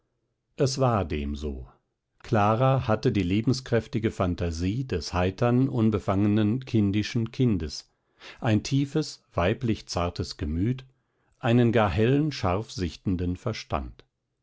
es war dem so clara hatte die lebenskräftige fantasie des heitern unbefangenen kindischen kindes ein tiefes weiblich zartes gemüt einen gar hellen scharf sichtenden verstand